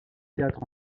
théâtre